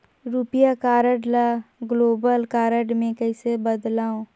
रुपिया कारड ल global card मे कइसे बदलव?